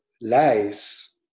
lies